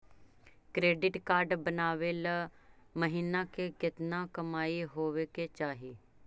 Credit card बनबाबे ल महीना के केतना कमाइ होबे के चाही?